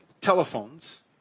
telephones